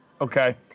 Okay